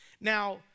Now